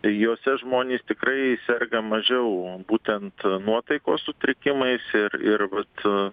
juose žmonės tikrai serga mažiau būtent nuotaikos sutrikimais ir ir vat